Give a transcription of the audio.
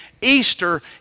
Easter